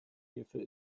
hierfür